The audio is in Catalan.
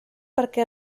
perquè